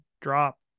drop